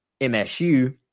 MSU